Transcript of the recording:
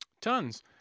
tons